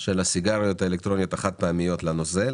של הסיגריות האלקטרוניות החד פעמיות לנוזל,